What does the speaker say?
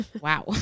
Wow